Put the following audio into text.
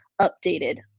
updated